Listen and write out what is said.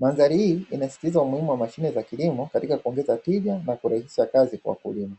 mandhari hii inasisitiza umuhimu wa mashine za kilimo katika kuongeza tija na kurahisisha kazi kwa kulima.